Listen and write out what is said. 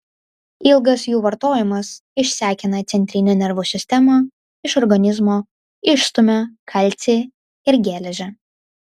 ilgas jų vartojimas išsekina centrinę nervų sistemą iš organizmo išstumia kalcį ir geležį